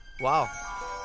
Wow